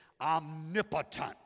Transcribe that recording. omnipotent